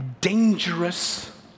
dangerous